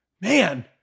man